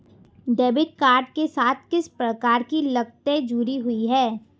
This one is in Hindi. डेबिट कार्ड के साथ किस प्रकार की लागतें जुड़ी हुई हैं?